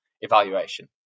evaluation